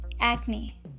Acne